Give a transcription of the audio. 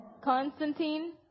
Constantine